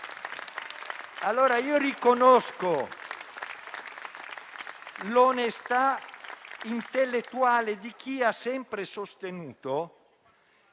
Riconosco l'onestà intellettuale di chi ha sempre sostenuto